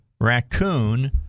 raccoon